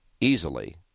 easily